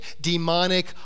demonic